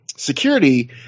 security